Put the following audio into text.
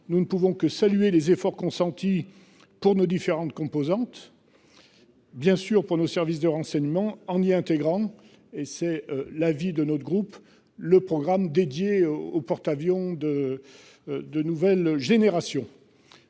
Nous ne pouvons que saluer les efforts consentis pour nos différentes composantes. Bien sûr pour nos services de renseignement en y intégrant et c'est la vie de notre groupe. Le programme dédié au porte-. Avions de. De nouvelle génération.